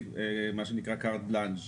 אין אגרות יותר,